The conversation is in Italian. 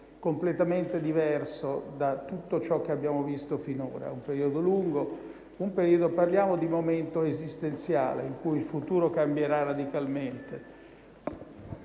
completamente diverso da tutto ciò che abbiamo visto finora, un periodo lungo; parliamo di momento esistenziale, in cui il futuro cambierà radicalmente.